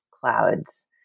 clouds